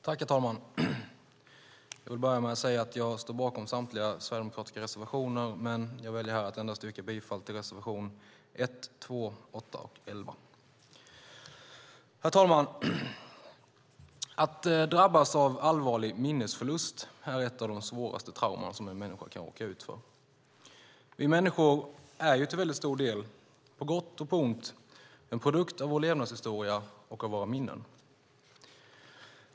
Herr talman! Jag vill börja med att säga att jag står bakom samtliga sverigedemokratiska reservationer, men jag väljer här att yrka bifall endast till reservationerna 1, 2, 8 och 11. Herr talman! Att drabbas av allvarlig minnesförlust är ett av de svåraste trauman som en människa kan råka ut för. Vi människor är till väldigt stor del, på gott och på ont, en produkt av vår levnadshistoria och av våra minnen.